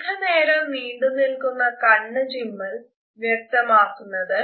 ദീർഘനേരം നീണ്ടു നിക്കുന്ന കണ്ണ് ചിമ്മൽ വ്യക്തമാക്കുന്നത്